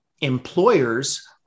employers